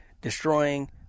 destroying